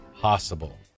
possible